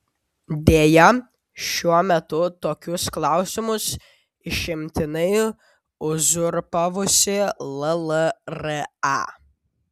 deja šiuo metu tokius klausimus išimtinai uzurpavusi llra